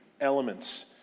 elements